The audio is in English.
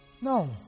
no